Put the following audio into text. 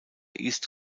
east